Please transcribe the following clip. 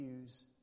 use